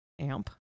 amp